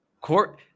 Court